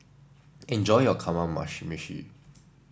enjoy your Kamameshi